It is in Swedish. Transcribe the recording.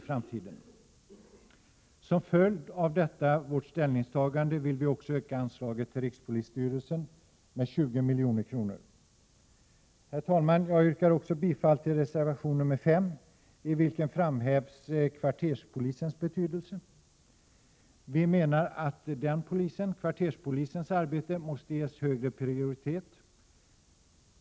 Som en följd av detta vårt ställningstagande vill vi också öka anslaget till rikspolisstyrelsen med 20 milj.kr. Herr talman! Jag yrkar också bifall till reservation 5, i vilken kvarterspolisens betydelse framhävs. Vi menar att kvarterspolisens arbete måste ges högre prioritet.